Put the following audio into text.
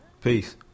Peace